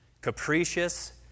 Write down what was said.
capricious